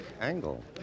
angle